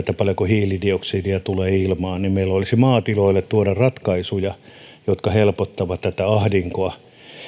paljonko hiilidioksidia tulee ilmaan meillä olisi maatiloille tuoda ratkaisuja jotka helpottavat tätä ahdinkoa